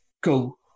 go